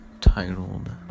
titled